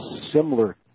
similar